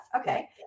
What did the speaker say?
okay